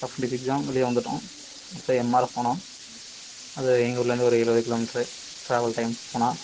publics exam வெளியே வந்துட்டோம் அடுத்து எம்ஆர்எஃப் போனோம் அது எங்கள் ஊர்லேருந்து ஒரு எழுபது கிலோ மீட்ரு ட்ராவல் டைம் போனால்